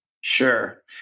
Sure